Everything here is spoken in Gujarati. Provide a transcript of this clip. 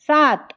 સાત